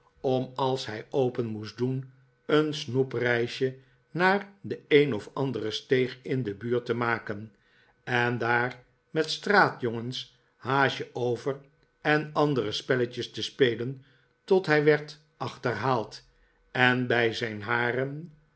om als hij open moest doen een snoepreisje naar de een of andere steeg in de buurt te maken en daar met straatjongens haasje-over en andere spelletjes te spelen tot hij werd achterhaald en bij zijn haren